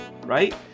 right